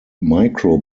micro